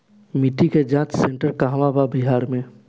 मिटी के जाच सेन्टर कहवा बा बिहार में?